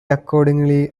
accordingly